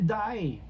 die